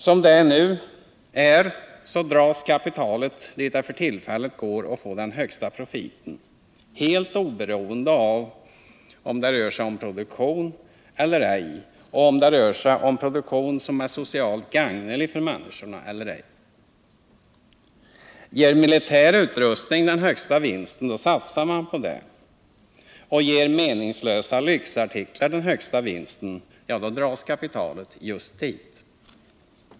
Som det nu är dras kapitalet dit där det för tillfället går att få den högsta profiten, helt oberoende av om det rör sig om produktion eller ej eller om produktionen är socialt gagnelig för människorna eller ej. Ger militär utrustning den högsta vinsten, så satsar man på den. Ger meningslösa lyxartiklar den högsta vinsten, ja, då dras kapitalet dit.